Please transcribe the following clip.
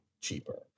cheaper